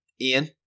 Ian